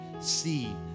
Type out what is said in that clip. see